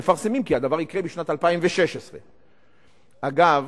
מפרסמים כי הדבר יקרה בשנת 2016. אגב,